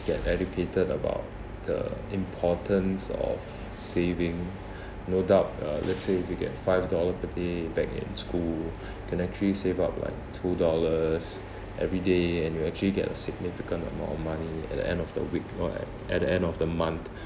get educated about the importance of saving no doubt uh let's say if you get five dollar per day back in school can actually save up like two dollars every day and you actually get a significant amount of money at the end of the week or at at the end of the month